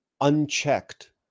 unchecked